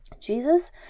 Jesus